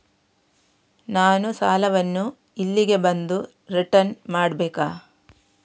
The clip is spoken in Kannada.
ನಾನು ಸಾಲವನ್ನು ಇಲ್ಲಿಗೆ ಬಂದು ರಿಟರ್ನ್ ಮಾಡ್ಬೇಕಾ?